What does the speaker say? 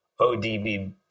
ODB